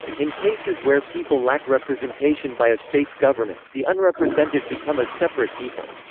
in cases where people lack representation by a state's government, the unrepresented become a separate people.